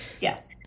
yes